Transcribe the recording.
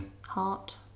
heart